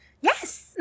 Yes